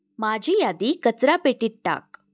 माझी यादी कचरापेटीत टाक